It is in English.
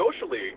socially